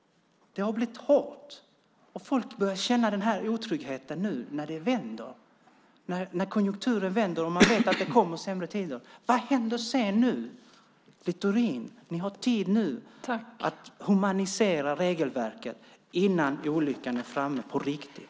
Det har blivit hårt. Folk börjar känna otrygghet nu när konjunkturen vänder, och man vet att det kommer sämre tider. Vad händer nu? Ni har tid nu, Littorin, att humanisera regelverket innan olyckan är framme på riktigt.